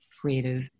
creative